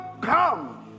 come